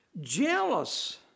jealous